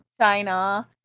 China